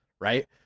Right